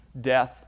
death